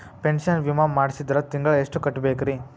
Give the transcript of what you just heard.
Pension ವಿಮಾ ಮಾಡ್ಸಿದ್ರ ತಿಂಗಳ ಎಷ್ಟು ಕಟ್ಬೇಕ್ರಿ?